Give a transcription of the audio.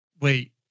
wait